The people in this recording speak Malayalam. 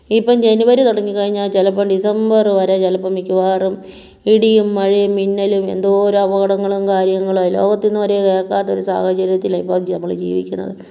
ഇപ്പം ജനുവരി തുടങ്ങിക്കഴിഞ്ഞാൽ ചിലപ്പോൾ ഡിസംബർ വരെ ചിലപ്പോൾ മിക്കവാറും ഇടിയും മഴയും മിന്നലും എന്തോരപകടങ്ങളും കാര്യങ്ങളുമാണ് ലോകത്ത് ഇന്നുവരെ കേൾക്കാത്ത ഒരു സാഹചര്യത്തിലാണ് ഇപ്പോൾ നമ്മൾ ജീവിക്കുന്നത്